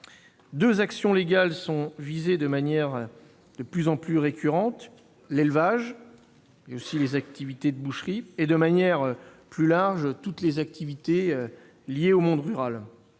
Deux actions légales sont visées de manière de plus en plus récurrente : l'élevage et les activités de boucherie, mais aussi, plus largement, toutes les activités liées au monde rural.